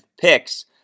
picks